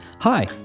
Hi